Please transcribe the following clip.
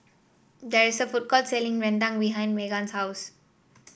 there is a food court selling rendang behind Meggan's house